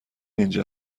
اینجا